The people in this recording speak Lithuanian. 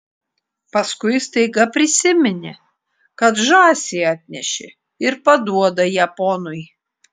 paskui staiga prisiminė kad žąsį atnešė ir paduoda ją ponui